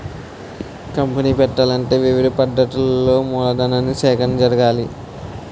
company పెట్టాలంటే వివిధ పద్ధతులలో మూలధన సేకరణ జరగాలి